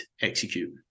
execute